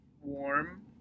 warm